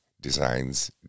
Designs